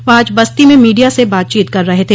वह आज बस्ती में मीडिया से बातचीत कर रहे थे